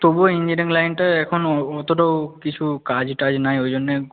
তবুও ইঞ্জিনিয়ারিং লাইনটা এখনও অতটাও কিছু কাজ টাজ নেই ওই জন্যে